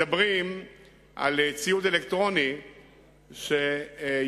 מדברים על ציוד אלקטרוני שיוצב,